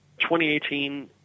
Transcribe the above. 2018